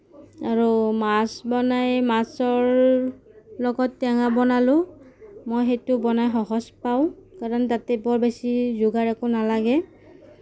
আৰু মাছ বনাই মাছৰ লগত টেঙা বনালোঁ মই সেইটো বনাই সহজ পাওঁ কাৰণ তাতে বৰ বেছি যোগাৰ একো নালাগে